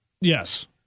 Yes